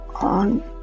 on